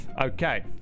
Okay